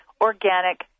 organic